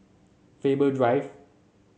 Faber Drive